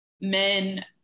men